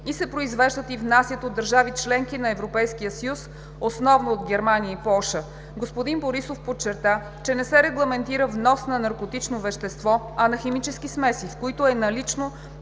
и се произвеждат и внасят от държави – членки на Европейския съюз, основно от Германия и Полша. Господин Борисов подчерта, че не се регламентира внос на наркотично вещество, а на химически смеси, в които е налично